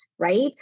Right